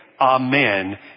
amen